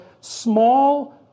small